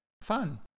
fun